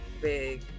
big